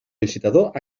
licitador